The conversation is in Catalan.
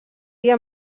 dia